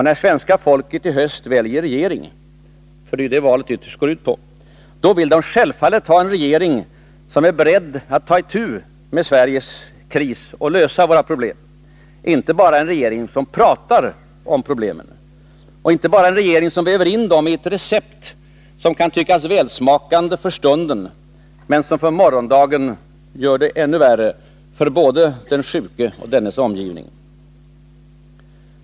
När svenska folket nu i höst väljer regering — det är ju det valet ytterst går ut på — vill det självfallet ha en regering som är beredd att ta itu med Sveriges kris och lösa våra problem; inte en regering som bara pratar om problemen, och inte en regering som bara väver in dem i recept som kan tyckas välsmakande för stunden men som för morgondagen gör det ännu värre för både den sjuke och dennes omgivning.